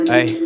Hey